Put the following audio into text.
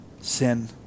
sin